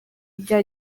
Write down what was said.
bya